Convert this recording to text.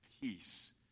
peace